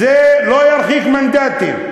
זה לא ירחיק מנדטים.